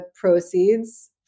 proceeds